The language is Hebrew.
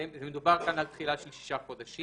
מדובר כאן על תחילה של 6 חודשים.